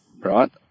right